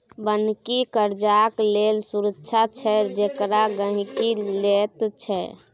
बन्हकी कर्जाक लेल सुरक्षा छै जेकरा गहिंकी लैत छै